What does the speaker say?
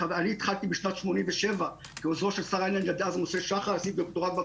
חברים, אני התחלתי בשנת 87', עשיתי דוקטורט.